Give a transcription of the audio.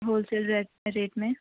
whole cell rate کے rate میں